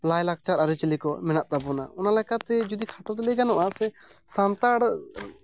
ᱞᱟᱭᱼᱞᱟᱠᱪᱟᱨ ᱟᱹᱨᱤᱪᱟᱹᱞᱤ ᱠᱚ ᱢᱮᱱᱟᱜ ᱛᱟᱵᱚᱱᱟ ᱚᱱᱟ ᱞᱮᱠᱟᱛᱮ ᱡᱩᱫᱤ ᱠᱷᱟᱴᱚᱛᱮ ᱞᱟᱹᱭ ᱜᱟᱱᱚᱜᱼᱟ ᱥᱮ ᱥᱟᱱᱛᱟᱲ